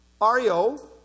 ario